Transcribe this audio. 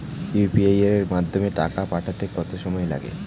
UPI এর মাধ্যমে টাকা পাঠাতে কত সময় লাগে?